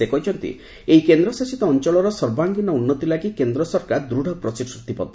ସେ କହିଛନ୍ତି ଏହି କେନ୍ଦ୍ର ଶାସିତ ଅଞ୍ଚଳର ସର୍ବାଙ୍ଗିନ ଉନ୍ନତି ଲାଗି କେନ୍ଦ୍ର ସରକାର ଦୃଢ଼ ପ୍ରତିଶ୍ରତିବଦ୍ଧ